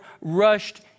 rushed